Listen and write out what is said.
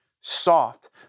soft